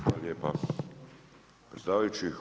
Hvala lijepa predsjedavajući.